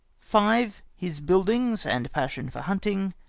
five. his buildings and passion for hunting.